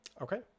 Okay